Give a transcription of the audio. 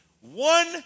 one